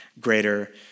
greater